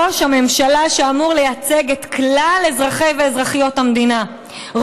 ראש הממשלה שאמור לייצג את כלל אזרחי ואזרחיות המדינה,